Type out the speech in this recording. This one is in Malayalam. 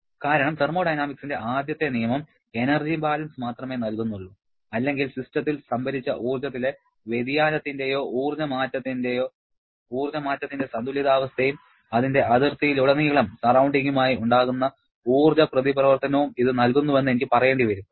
കാരണം തെർമോഡൈനാമിക്സിന്റെ ആദ്യത്തെ നിയമം എനർജി ബാലൻസ് മാത്രമേ നൽകുന്നുള്ളൂ അല്ലെങ്കിൽ സിസ്റ്റത്തിൽ സംഭരിച്ച ഊർജ്ജത്തിലെ വ്യതിയാനത്തിന്റെയോ ഊർജ്ജ മാറ്റത്തിന്റെ സന്തുലിതാവസ്ഥയും അതിന്റെ അതിർത്തിയിലുടനീളം സറൌണ്ടിങ്ങുമായി ഉണ്ടാകുന്ന ഊർജ്ജ പ്രതിപ്രവർത്തനവും ഇത് നൽകുന്നുവെന്ന് എനിക്ക് പറയേണ്ടി വരും